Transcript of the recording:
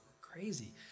crazy